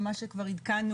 במה שכבר עדכנו,